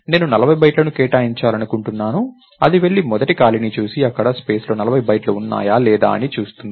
నేను 40 బైట్లను కేటాయించాలనుకుంటున్నాను అది వెళ్లి మొదటి ఖాళీని చూసి ఈ స్పేస్లో 40 బైట్లు ఉన్నాయా అని చూస్తుంది